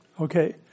Okay